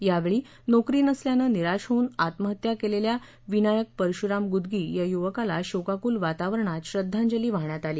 यावेळी नोकरी नसल्यानं निराश होऊन आत्महत्या केलेल्या विनायक परश्राम गुदगी या युवकाला शोकाक्ल वातावरणात श्रध्दांजली वाहण्यात आली